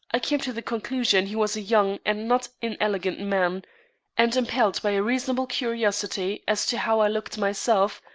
i came to the conclusion he was a young and not inelegant man and impelled by a reasonable curiosity as to how i looked myself,